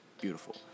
beautiful